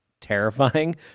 terrifying